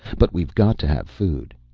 but we've got to have food.